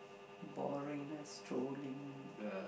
boring just strolling only